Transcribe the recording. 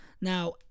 Now